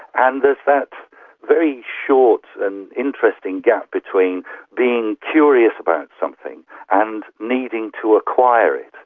and there's that very short and interesting gap between being curious about something and needing to acquire it.